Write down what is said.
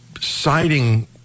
citing